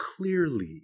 clearly